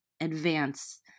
advance